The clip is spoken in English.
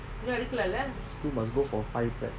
still must go for ipad